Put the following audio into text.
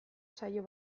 saio